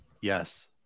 Yes